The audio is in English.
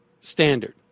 standard